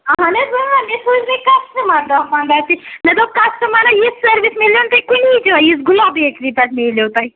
اَہَن حظ اۭن مےٚ سوٗزی کَسٹٕمَر دَہ پَنٛدہ تہِ مےٚ دوٚپ کَسٹمَرن یِژھ سٔروِس مِلیو نہٕ تۄہہِ کُنی جایہِ یژھ گُلاب ییکری پٮ۪ٹھ میلیٚو تۄہہِ